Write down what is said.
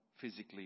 physically